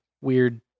weird